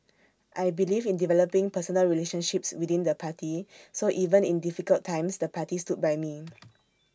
I believe in developing personal relationships within the party so even in difficult times the party stood by me